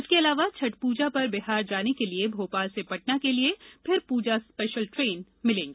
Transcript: इसके अलावा छठ पूजा पर बिहार जाने के लिए भोपाल से पटना के लिए फिर पूजा स्पेशल ट्रेनें मिलेंगी